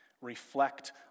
Reflect